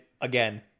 again